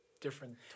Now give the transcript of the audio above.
different